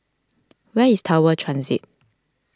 where is Tower Transit